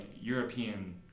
European